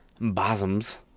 Bosoms